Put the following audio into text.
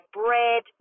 bread